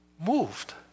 moved